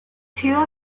two